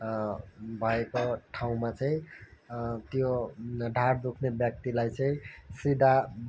भएको ठाउँमा चाहिँ त्यो ढाड दुख्ने व्यक्तिलाई चाहिँ सिधा